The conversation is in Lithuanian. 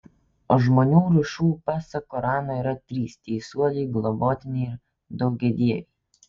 o žmonių rūšių pasak korano yra trys teisuoliai globotiniai ir daugiadieviai